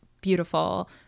beautiful